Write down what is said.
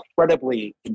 incredibly